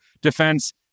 defense